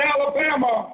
Alabama